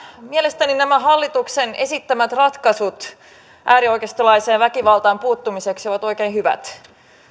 mielestäni nämä hallituksen esittämät ratkaisut äärioikeistolaiseen väkivaltaan puuttumiseksi ovat oikein hyvät